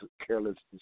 carelessness